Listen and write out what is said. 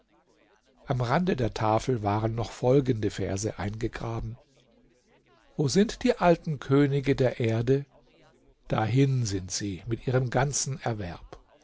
am rande der tafel waren noch folgende verse eingegraben wo sind die alten könige der erde dahin sind sie mit ihrem ganzen erwerb